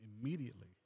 immediately